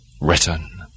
written